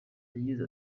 yagize